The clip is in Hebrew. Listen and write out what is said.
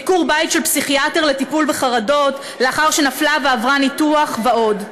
ביקור בית של פסיכיאטר לטיפול בחרדות לאחר שנפלה ועברה ניתוח ועוד.